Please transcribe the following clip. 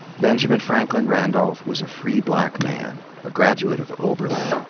benjamin franklin randolph was a free black man, a graduate of oberlin,